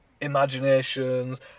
imaginations